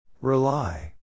rely